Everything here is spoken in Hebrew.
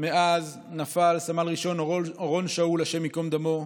מאז נפל סמל ראשון אורון שאול, השם ייקום דמו,